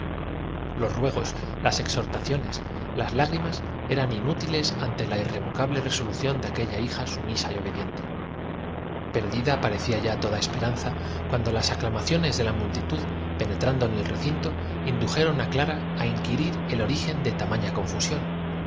los ruegos las exhortaciones las lágrimas eran inútiles ante la irrevocable resolución de aquella hija sumisa y obediente perdida parecía ya toda esperanza cuando las aclamaciones de la multitud penetrando en el recinto indujeron á clara á inquirir el origen de tamaña confusión